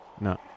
no